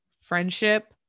friendship